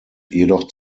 jedoch